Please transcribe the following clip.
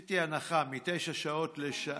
עשיתי הנחה, מתשע שעות לשעה.